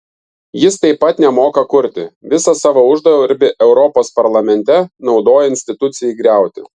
jis taip pat nemoka kurti visą savo uždarbį europos parlamente naudoja institucijai griauti